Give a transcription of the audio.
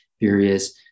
various